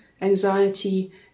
anxiety